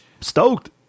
stoked